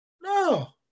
No